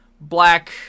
black